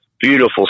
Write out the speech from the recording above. beautiful